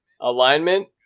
Alignment